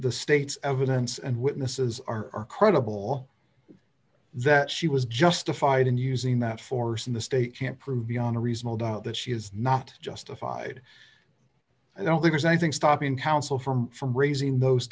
the state's evidence and witnesses are credible that she was justified in using that force in the state can't prove beyond a reasonable doubt that she is not justified i don't think is i think stopping counsel from from raising those